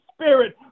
spirit